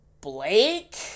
Blake